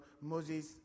Moses